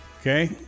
Okay